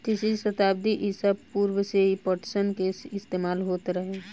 तीसरी सताब्दी ईसा पूर्व से ही पटसन के इस्तेमाल होत रहे